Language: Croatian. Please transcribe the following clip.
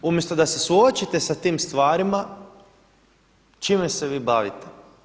I umjesto da se suočite s tim stvarima, čime se vi bavite?